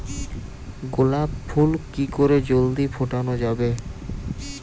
গোলাপ ফুল কি করে জলদি ফোটানো যাবে?